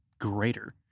greater